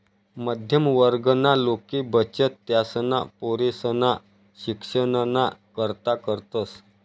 मध्यम वर्गना लोके बचत त्यासना पोरेसना शिक्षणना करता करतस